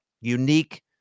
unique